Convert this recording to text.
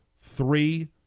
three